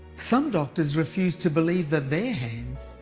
some doctors refused to believe that their hands,